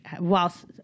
whilst